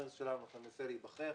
ואני מנסה להיבחר.